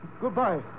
Goodbye